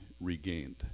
regained